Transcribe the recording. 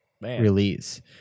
release